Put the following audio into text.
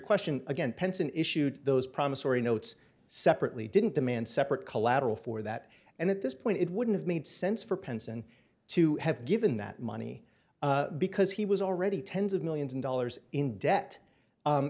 question again penson issued those promissory notes separately didn't demand separate collateral for that and at this point it wouldn't have made sense for penson to have given that money because he was already tens of millions of dollars in debt